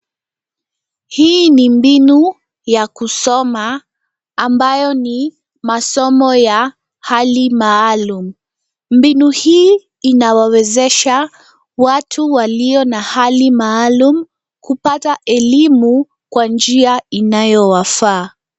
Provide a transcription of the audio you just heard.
Hii ni mbinu ya kusoma ambayo ni ni masomo ya hali maalum. Mbinu hii inawawezesha watu walio na hali maalum kupata elimu kwa njia inayo wafaa.